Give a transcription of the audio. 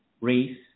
race